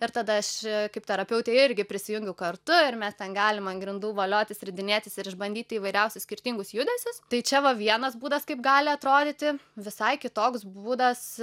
ir tada aš kaip terapeutė irgi prisijungiu kartu ir mes ten galim an grindų voliotis ridinėtis ir išbandyti įvairiausius skirtingus judesius tai čia va vienas būdas kaip gali atrodyti visai kitoks būdas